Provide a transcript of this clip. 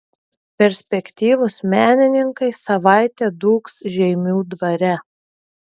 perspektyvūs menininkai savaitę dūgs žeimių dvare